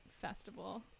festival